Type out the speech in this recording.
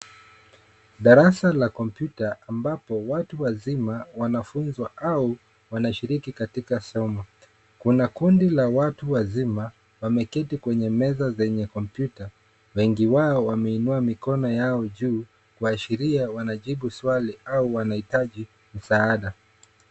Darasa la kompyuta ambapo watu wazima wanafunzwa au wanashiriki katika somo. Kuna kundi la watu wazima wameketi kwenye meza zenye kompyuta, wengi wao wameinua mikono yao juu, kuashiria wanajibu swali au wanahitaji msaada.